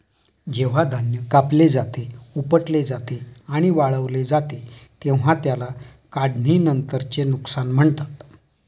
जेव्हा धान्य कापले जाते, उपटले जाते आणि वाळवले जाते तेव्हा त्याला काढणीनंतरचे नुकसान म्हणतात